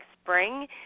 spring